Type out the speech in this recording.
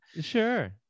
sure